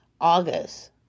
August